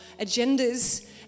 agendas